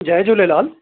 Jay Jhulelal